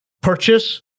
purchase